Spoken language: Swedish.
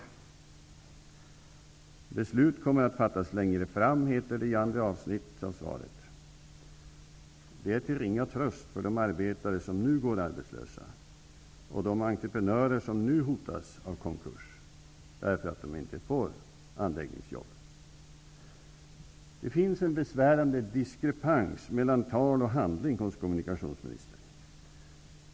Beslutet kommer att fattas längre fram, heter det senare i svaret. Det är till ringa tröst för de arbetare som nu går arbetslösa och för de entreprenörer som nu hotas av konkurrs därför att de inte får anläggningsjobb. Det finns en besvärande diskrepans mellan tal och handling hos kommunikationsministern.